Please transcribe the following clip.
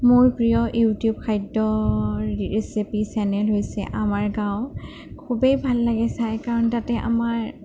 মোৰ প্ৰিয় ইউটিউব খাদ্য ৰেচিপি চেনেল যেনে হৈছে আমাৰ গাওঁ খুবেই ভাল লাগে চাই কাৰণ তাতে আমাৰ